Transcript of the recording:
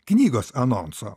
knygos anonso